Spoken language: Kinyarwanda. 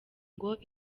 ngo